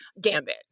gambit